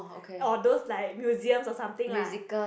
or those like museum or something lah